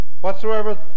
Whatsoever